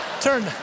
Turn